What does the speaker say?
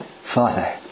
Father